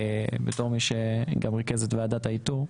בתור מי שגם ריכז את ועדת האיתור,